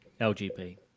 LGP